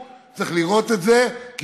צריך לראות את זה בדחילו ורחימו,